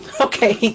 Okay